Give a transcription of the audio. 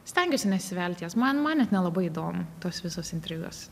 stengiuosi nesivelt į jas man man net nelabai įdomu tos visos intrigos